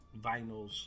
vinyls